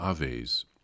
Aves